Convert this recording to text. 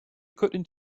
couldn’t